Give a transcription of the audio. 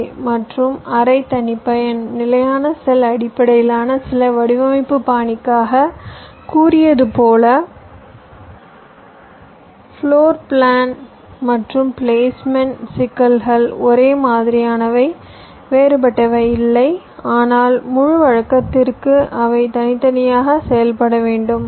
ஏ மற்றும் அரை தனிப்பயன் நிலையான செல் அடிப்படையிலான சில வடிவமைப்பு பாணிக்காக கூறியது போல ஃப்ளோர் பிளான் மற்றும் பிளேஸ்மெண்ட் சிக்கல்கள் ஒரே மாதிரியானவை வேறுபட்டவை இல்லை ஆனால் முழு வழக்கத்திற்கு அவை தனித்தனியாக செய்யப்பட வேண்டும்